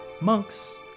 monks